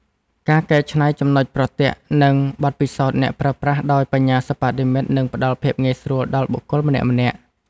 ការកែច្នៃចំណុចប្រទាក់ និងបទពិសោធន៍អ្នកប្រើប្រាស់ ដោយ បញ្ញាសិប្បនិម្មិត នឹងផ្ដល់ភាពងាយស្រួលដល់បុគ្គលម្នាក់ៗ។